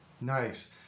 Nice